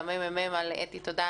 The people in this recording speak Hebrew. לאתי וייסבלאי